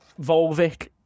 Volvic